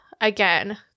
again